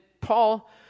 Paul